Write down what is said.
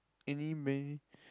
any may